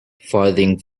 farthing